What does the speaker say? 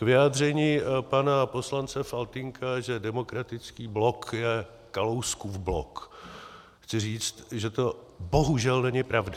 K vyjádření pana poslance Faltýnka, že Demokratický blok je Kalouskův blok chci říct, že to bohužel není pravda.